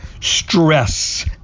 stress